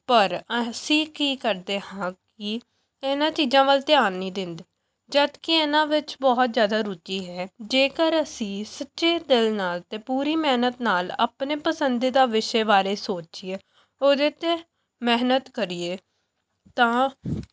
ਪਰ ਅਸੀਂ ਕੀ ਕਰਦੇ ਹਾਂ ਕਿ ਇਹਨਾਂ ਚੀਜ਼ਾਂ ਵੱਲ ਧਿਆਨ ਨਹੀਂ ਦਿੰਦੇ ਜਦਕਿ ਇਹਨਾਂ ਵਿੱਚ ਬਹੁਤ ਜ਼ਿਆਦਾ ਰੁਚੀ ਹੈ ਜੇਕਰ ਅਸੀਂ ਸੱਚੇ ਦਿਲ ਨਾਲ਼ ਅਤੇ ਪੂਰੀ ਮਿਹਨਤ ਨਾਲ਼ ਆਪਣੇ ਪਸੰਦੀਦਾ ਵਿਸ਼ੇ ਬਾਰੇ ਸੋਚੀਏ ਉਹਦੇ 'ਤੇ ਮਿਹਨਤ ਕਰੀਏ ਤਾਂ